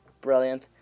Brilliant